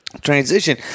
transition